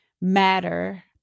matter